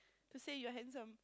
to say you're handsome